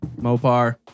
Mopar